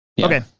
okay